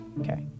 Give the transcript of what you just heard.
Okay